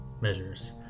measures